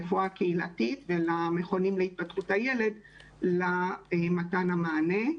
לרפואה הקהילתית ולמכונים להתפתחות הילד למתן המענה.